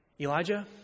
Elijah